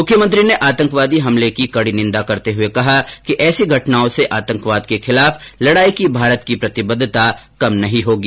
मुख्यमंत्री ने आतंकवादी हमले की कड़ी निंदा करते हुए कहा कि ऐसी घटनाओं से आतंकवाद के खिलाफ लड़ाई की भारत की प्रतिबद्धता कम नहीं होगी